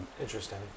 interesting